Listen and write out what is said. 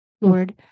Lord